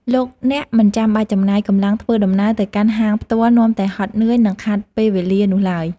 លោកអ្នកមិនចាំបាច់ចំណាយកម្លាំងធ្វើដំណើរទៅកាន់ហាងផ្ទាល់នាំតែហត់នឿយ និងខាតពេលវេលានោះឡើយ។